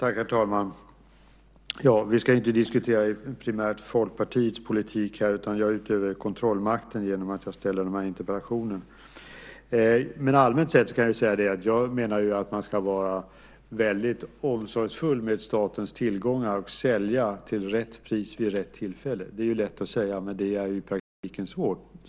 Herr talman! Vi ska inte primärt diskutera Folkpartiets politik här, utan jag utövar kontrollmakten genom att jag ställer interpellationen. Allmänt sett kan jag säga att jag menar att man ska vara omsorgsfull med statens tillgångar och sälja till rätt pris vid rätt tillfälle. Det är ju lätt att säga, men det är i praktiken svårt.